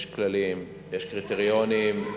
יש כללים, יש קריטריונים.